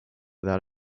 that